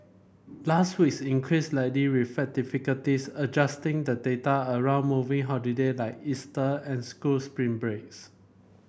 last week's increase likely reflected difficulties adjusting the data around moving holiday like Easter and school spring breaks